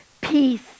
Peace